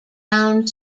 ground